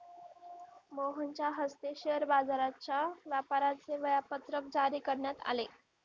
मोहनच्या हस्ते शेअर बाजाराच्या व्यापाराचे वेळापत्रक जारी करण्यात आले